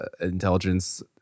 intelligence